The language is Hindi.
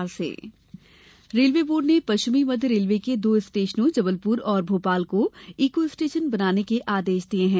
रेलवे बोर्ड रेलवे बोर्ड ने पश्चिमी मध्य रेलवे के दो स्टेशनों जबलपुर और भोपाल को ईको स्टेशन बनाने के आदेश दिए है